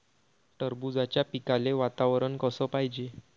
टरबूजाच्या पिकाले वातावरन कस पायजे?